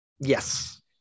Yes